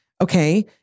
Okay